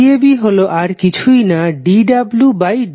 vab হল আর কিছুই না dwdq